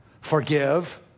forgive